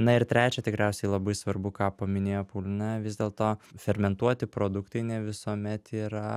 na ir trečia tikriausiai labai svarbu ką paminėjo paulina vis dėlto fermentuoti produktai ne visuomet yra